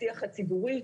בשיח הציבורי.